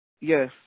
yes